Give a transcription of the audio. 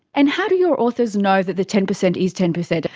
and how do your authors know that the ten percent is ten percent?